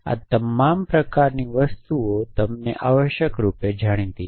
આ તમામ પ્રકારની વસ્તુઓ તમને આવશ્યકરૂપે જાણીતી છે